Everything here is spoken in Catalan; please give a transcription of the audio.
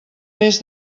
més